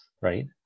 right